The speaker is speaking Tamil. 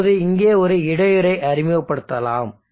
இப்போது இங்கே ஒரு இடையூறை அறிமுகப்படுத்தலாம்